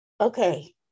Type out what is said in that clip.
Okay